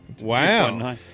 Wow